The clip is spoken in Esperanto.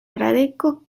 fradeko